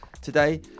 today